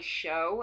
show